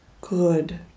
good